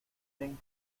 den